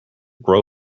grow